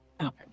Okay